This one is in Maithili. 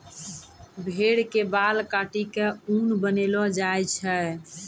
भेड़ के बाल काटी क ऊन बनैलो जाय छै